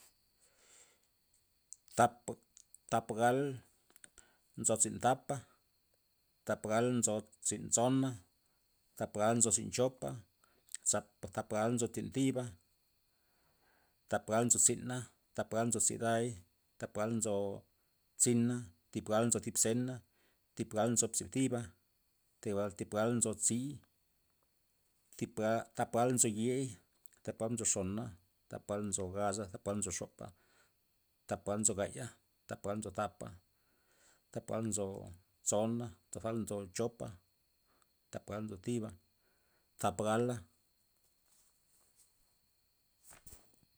Thap- thap gal nzo tzii thapa thap gal nzo tzin tsona thap gal nzo tzin chopa thap gal nzo tzin thiba thap gal nzo tzina' thap gal nzo tziday thap gal nzo tzi na' thap gal nzo thib zena thib gal nzo tzin thiba thib gal- thib gal nzo tzi thib gal- thap gal yei thap gal nzo xona thap gal nzo gaza thap gal nzo xopa thap gal nzo gaya thap gal nzo thapa thap gal nzo tsona thap gal nzo chopa thap gal nzo ziba thap gala